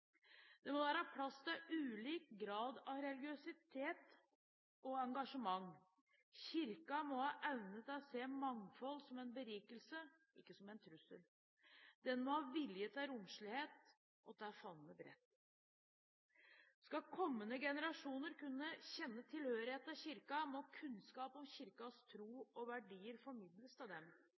Det må være plass for ulik grad av religiøst engasjement. Kirken må ha evne til å se mangfold som en berikelse, ikke som en trussel. Den må ha vilje til romslighet og til å favne bredt. Skal kommende generasjoner kunne kjenne tilhørighet til Kirken, må kunnskap om Kirkens tro og verdier formidles til dem.